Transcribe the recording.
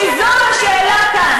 כי זאת השאלה כאן,